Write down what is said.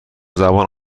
زبان